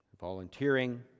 volunteering